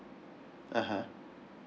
(uh huh)